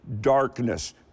darkness